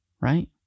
right